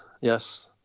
yes